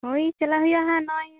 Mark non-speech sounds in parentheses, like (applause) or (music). ᱦᱳᱭ ᱪᱟᱞᱟ ᱦᱩᱭᱩᱜᱼᱟ ᱦᱟᱜ (unintelligible)